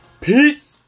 Peace